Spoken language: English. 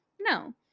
no